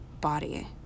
body